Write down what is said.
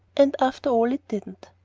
and after all, it didn't.